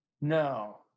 No